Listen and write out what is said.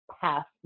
past